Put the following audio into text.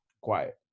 Quiet